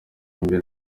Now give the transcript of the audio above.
imbere